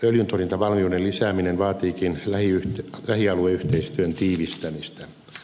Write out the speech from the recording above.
öljyntorjuntavalmiuden lisääminen vaatiikin lähialueyhteistyön tiivistämistä